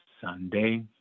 Sunday